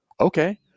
okay